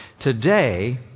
Today